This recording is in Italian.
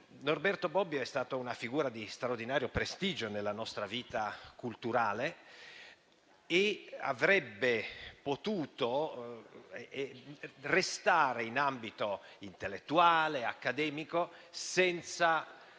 Norberto Bobbio è stata una figura di straordinario prestigio nella nostra vita culturale. Egli avrebbe potuto restare in ambito intellettuale, accademico, senza